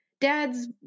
dad's